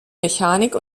mechanik